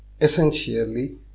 Essentially